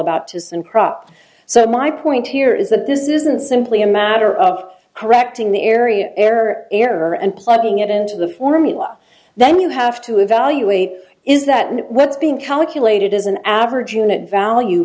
about his and prop so my point here is that this isn't simply a matter of correcting the area error error and plugging it into the formula then you have to evaluate is that what's being calculated as an average unit value